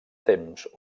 temps